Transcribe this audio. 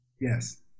Yes